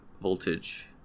voltage